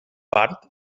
part